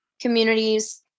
communities